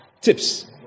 tips